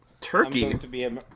Turkey